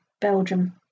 Belgium